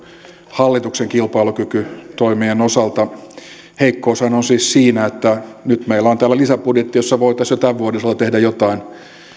hallituksen kilpailukykytoimien osalta heikkoushan on siis siinä että nyt meillä on täällä lisäbudjetti jossa voitaisiin jo tämän vuoden osalta tehdä jotain